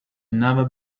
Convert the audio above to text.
never